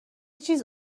چیز